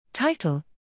Title